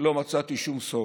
לא מצאתי שום סוד,